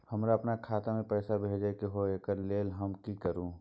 हमरा अपन खाता में पैसा भेजय के है, एकरा लेल हम की करू?